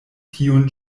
tiun